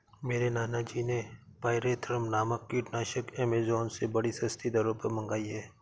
मेरे नाना जी ने पायरेथ्रम नामक कीटनाशक एमेजॉन से बड़ी सस्ती दरों पर मंगाई है